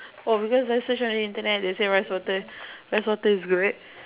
oh because I search on Internet they say rice water rice water is good right